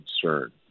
concern